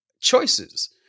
choices